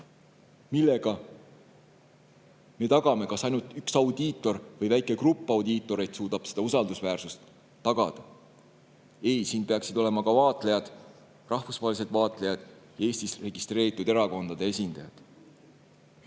tagame, kas ainult üks audiitor või väike grupp audiitoreid suudab seda usaldusväärsust tagada? Ei, siin peaksid olema ka vaatlejad, rahvusvahelised vaatlejad ja Eestis registreeritud erakondade esindajad.